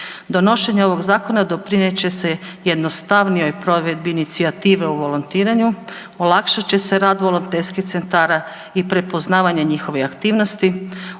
Donošenjem ovog zakona doprinijet će se jednostavnijom provedbi inicijative o volontiranju, olakšat će se rad volonterskih centara i prepoznavanje njihovih aktivnosti,